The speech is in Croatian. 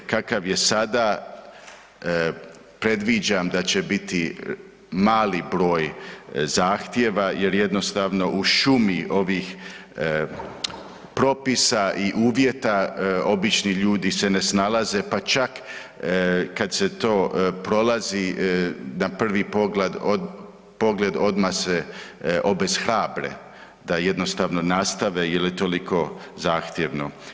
Kakav je sada predviđam da će biti mali broj zahtjeva jer jednostavno u šumi ovih propisa i uvjeta obični ljudi se ne snalaze pa čak kad se to prolazi na prvi pogled odmah se obeshrabre da jednostavno nastave jer je toliko zahtjevno.